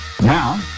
Now